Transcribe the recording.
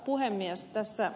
tässä ed